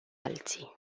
alții